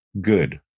Good